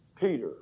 Peter